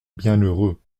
bienheureux